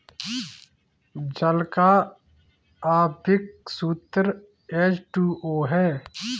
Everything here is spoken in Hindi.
जल का आण्विक सूत्र एच टू ओ है